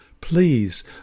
please